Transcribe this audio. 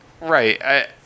Right